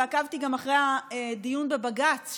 ועקבתי גם אחרי הדיון בבג"ץ,